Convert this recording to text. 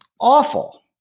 awful